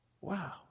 Wow